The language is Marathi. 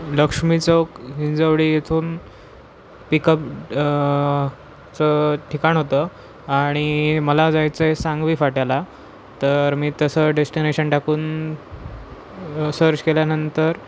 लक्ष्मी चौक हिंजवडी येथून पिकअप चं ठिकाण होतं आणि मला जायचं आहे सांगवी फाट्याला तर मी तसं डेस्टिनेशन टाकून सर्च केल्यानंतर